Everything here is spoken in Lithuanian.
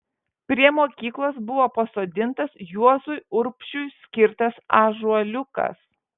prie mokyklos buvo pasodintas juozui urbšiui skirtas ąžuoliukas